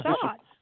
thoughts